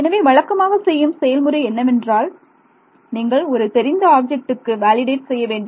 எனவே வழக்கமாக செய்யும் செயல்முறை என்னவென்றால் நீங்கள் ஒரு தெரிந்த ஆப்ஜெக்ட்டுக்கு வேலிடேட் செய்ய வேண்டும்